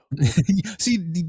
See